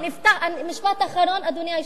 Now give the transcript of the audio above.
משפט אחרון, אדוני היושב-ראש.